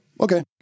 okay